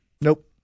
Nope